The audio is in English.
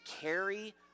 carry